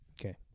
Okay